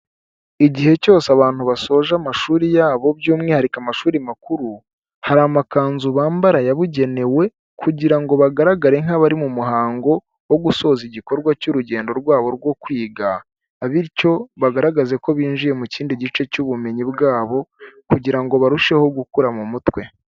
Igihe cyose abantu basoje amashuri yabo by'umwihariko amashuri makuru hari amakanzu bambara yabugenewe kugira ngo bagaragare nk'abari mu muhango wo gusoza igikorwa cy'urugendo rwabo rwo kwiga bityo bagaragaze ko binjiye mu kindi gice cy'ubumenyi bwabo kugira ngo barusheho gukura mu mutwe.